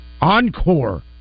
Encore